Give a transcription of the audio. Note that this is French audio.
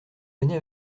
venez